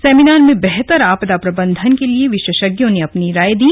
seminar में बेहतर आपदा प्रबंधन के लिए विशेषज्ञों ने अपनी राय दी